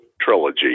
trilogy